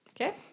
Okay